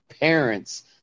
parents